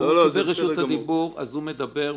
דיברו על הכותרת,